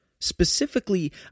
Specifically